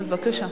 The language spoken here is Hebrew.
בבקשה.